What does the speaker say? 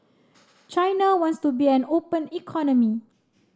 China wants to be an open economy